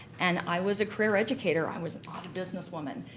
and i was a career educator, i was not a business woman.